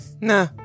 Nah